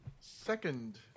Second